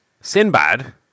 Sinbad